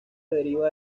deriva